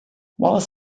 wallace